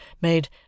made